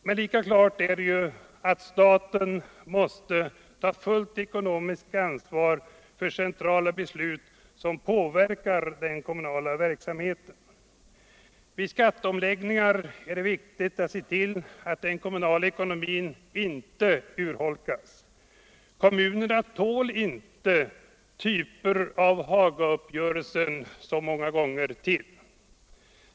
Men lika klart som att kommunerna skall ha beskattningsrätt är att staten —- Nr 105 måste ta fullt ekonomiskt ansvar för de centrala beslut som påverkar den Onsdagen den kommunala verksamheten. Vid skatteomläggningar är det viktigt att se 23 öktober: 1974 till att den kommunala ekonomin inte urholkas. Kommunerna tål inte uppgörelser av typ Hagaöverenskommelsen så många gånger till.